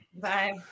Bye